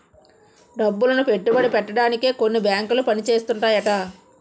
డబ్బులను పెట్టుబడి పెట్టడానికే కొన్ని బేంకులు పని చేస్తుంటాయట